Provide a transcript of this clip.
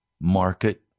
market